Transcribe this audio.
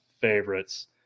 favorites